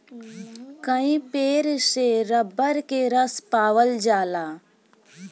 कई पेड़ से रबर के रस पावल जाला